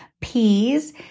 peas